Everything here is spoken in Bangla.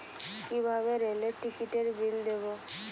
কিভাবে রেলের টিকিটের বিল দেবো?